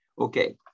Okay